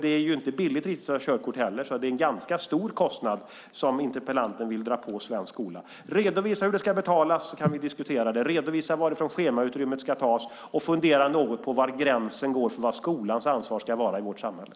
Det är inte heller billigt att ta körkort, så det är en ganska stor kostnad som interpellanten vill dra på svensk skola. Redovisa hur det ska betalas! Då kan vi diskutera det. Redovisa varifrån schemautrymmet ska tas! Och fundera något på var gränsen går för vad skolans ansvar ska vara i vårt samhälle!